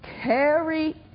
Carry